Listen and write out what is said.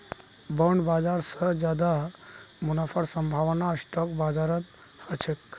bond बाजार स ज्यादा मुनाफार संभावना स्टॉक बाजारत ह छेक